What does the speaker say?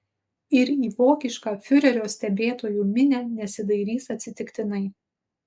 ir į vokišką fiurerio stebėtojų minią nesidairys atsitiktinai